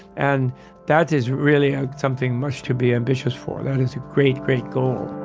and that is really ah something much to be ambitious for. that is a great, great goal